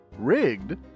Rigged